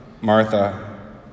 Martha